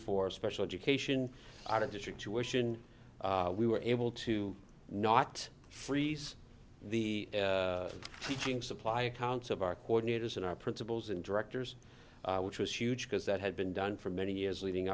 for special education out of district tuition we were able to not freeze the teaching supply accounts of our coordinators and our principals and directors which was huge because that had been done for many years leading